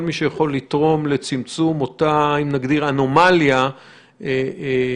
כל מי שיכול לתרום לצמצום אותה אנומליה יבורך.